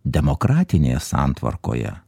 demokratinėje santvarkoje